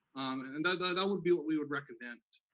and and and that would be what we would recommend,